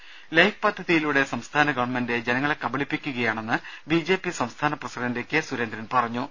ദേദ ലൈഫ് പദ്ധതിയിലൂടെ സംസ്ഥാന ഗവൺമെന്റ് ജനങ്ങളെ കബളിപ്പിക്കുകയാണെന്ന് ബി ജെ പി സംസ്ഥാന പ്രസിഡന്റ് കെ സുരേന്ദ്രൻ പറഞ്ഞു